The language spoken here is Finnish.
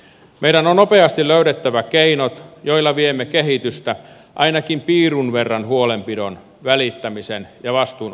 meidän on nopeasti löydettävä keinot joilla viemme kehitystä ainakin piirun verran huolenpidon välittämisen ja vastuunoton suuntaan